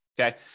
Okay